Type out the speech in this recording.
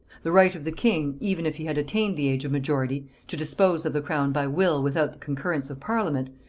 the right of the king, even if he had attained the age of majority, to dispose of the crown by will without the concurrence of parliament,